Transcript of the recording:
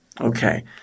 Okay